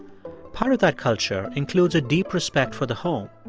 part of that culture includes a deep respect for the home,